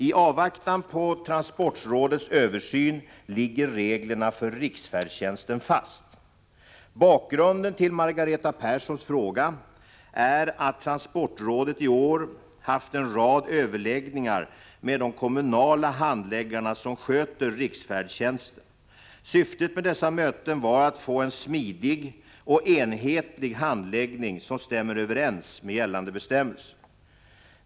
I avvaktan på transportrådets översyn ligger reglerna för riksfärdtjänsten fast. Bakgrunden till Margareta Perssons fråga är att transportrådet i år haft en rad överläggningar med de kommunala handläggarna som sköter riksfärdtjänsten. Syftet med dessa möten var att få en smidig och enhetlig handläggning som stämmer överens med gällande bestämmelser.